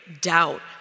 doubt